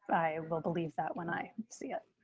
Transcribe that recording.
i will believe that when i see it.